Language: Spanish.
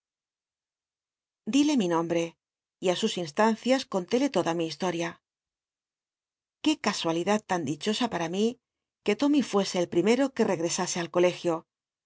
dile mi nombl'c y ti sus instancias contéle lada mi historía qué casualidad lan dichosa para mí que tommy fuese el primero que regresase al colegio